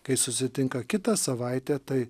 kai susitinka kitą savaitę tai